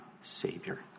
Savior